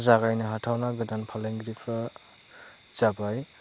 जागायनो हाथावना गोदान फालांगिरिफ्रा जाबाय